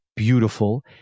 beautiful